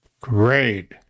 Great